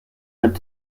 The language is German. mit